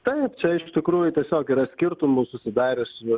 taip čia iš tikrųjų tiesiog yra skirtumų susidariusių